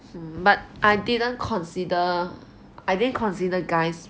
hmm but I didn't consider I didn't consider guys